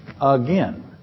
again